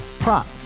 Prop